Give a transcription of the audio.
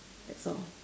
that's all